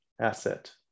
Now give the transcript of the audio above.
asset